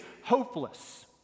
hopeless